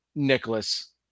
nicholas